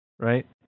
right